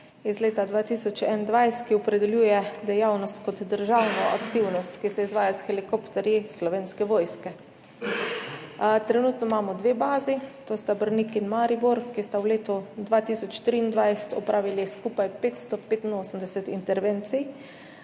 iz leta 2021, ki opredeljuje dejavnost kot državno aktivnost, ki se izvaja s helikopterji Slovenske vojske. Trenutno imamo dve bazi, to sta Brnik in Maribor, ki sta v letu 2023 opravili skupaj 585 intervencij.